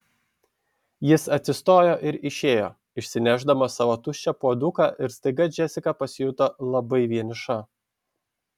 jis atsistojo ir išėjo išsinešdamas savo tuščią puoduką ir staiga džesika pasijuto labai vieniša